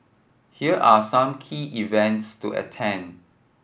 here are some key events to attend